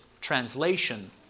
translation